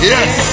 Yes